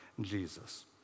Jesus